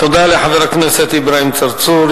תודה לחבר הכנסת אברהים צרצור.